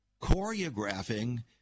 choreographing